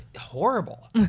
horrible